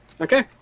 Okay